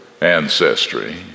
ancestry